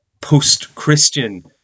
post-Christian